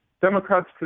Democrats